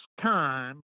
time